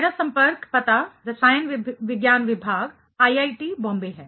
मेरा संपर्क पता रसायन विज्ञान विभाग IIT बॉम्बे है